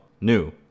new